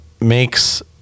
makes